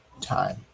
time